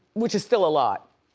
which is still a lot.